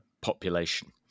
population